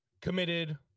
committed